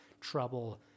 trouble